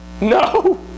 No